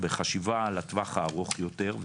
בחשיבה לטווח הארוך יותר,